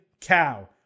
cow